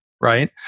Right